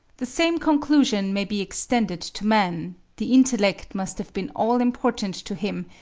the same conclusion may be extended to man the intellect must have been all-important to him,